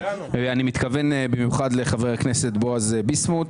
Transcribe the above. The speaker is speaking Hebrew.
ואני מתכוון במיוחד לחבר הכנסת בועז ביסמוט.